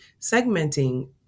segmenting